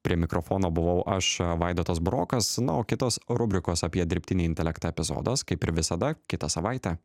prie mikrofono buvau aš a vaidotas burokas na o kitos rubrikos apie dirbtinį intelektą epizodas kaip ir visada kitą savaitę